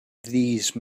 these